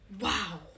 Wow